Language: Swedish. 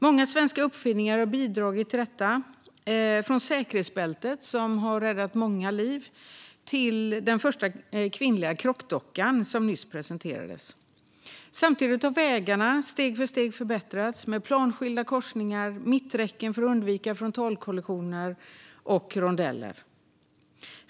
Många svenska uppfinningar har bidragit till detta, från säkerhetsbältet, som har räddat många liv, till den första kvinnliga krockdockan, som nyss presenterades. Samtidigt har vägarna steg för steg förbättrats, med planskilda korsningar, mitträcken för att undvika frontalkollisioner samt rondeller.